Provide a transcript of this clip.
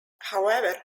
however